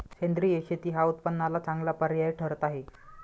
सेंद्रिय शेती हा उत्पन्नाला चांगला पर्याय ठरत आहे